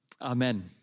Amen